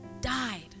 died